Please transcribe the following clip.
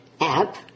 app